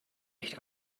echt